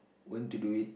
when to do it